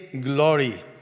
glory